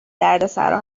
دردسرا